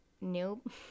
nope